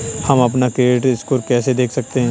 हम अपना credit score कैसे देख सकते हैं?